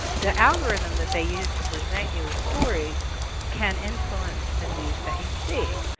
the algorithm that they use to present you with stories can influence the news that you see.